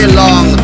long